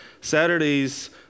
Saturdays